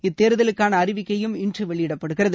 இத்தேர்தலுக்கான அறிவிக்கையும் இன்று வெளியிடப்படுகிறது